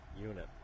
unit